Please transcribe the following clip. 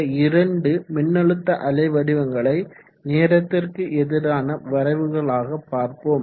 இந்த இரண்டு மின்னழுத்த அலை வடிவ்ங்களை நேரத்திற்கு எதிரான வரைவுகளாக பார்ப்போம்